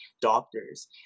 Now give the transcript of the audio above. doctors